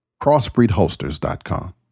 Crossbreedholsters.com